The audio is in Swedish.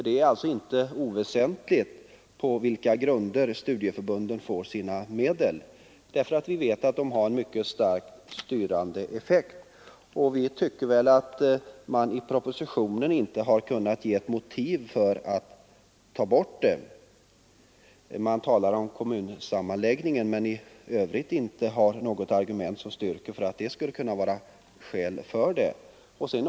Det är inte oväsentligt på vilka grunder studieförbunden får sina medel. Vi vet nämligen att de medlen har en mycket starkt styrande effekt, och vi tycker att man i propositionen inte har givit något motiv för att ta bort det geografiska kriteriet. Det talas i propositionen om kommunsammanläggningen, men i övrigt har man inte några argument som styrker att det kan föreligga skäl för att göra det.